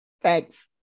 Thanks